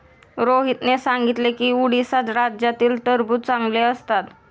रोहितने सांगितले की उडीसा राज्यातील टरबूज चांगले असतात